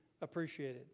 appreciated